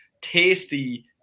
tasty